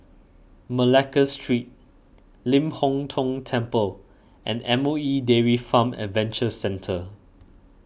Malacca Street Ling Hong Tong Temple and M O E Dairy Farm Adventure Centre